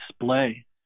display